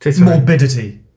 Morbidity